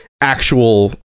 actual